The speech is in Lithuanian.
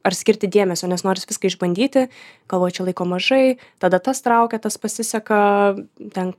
ar skirti dėmesio nes noris viską išbandyti galvoju čia laiko mažai tada tas traukia tas pasiseka ten